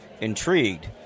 intrigued